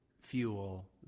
fuel